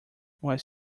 was